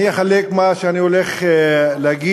אני אחלק מה שאני הולך להגיד,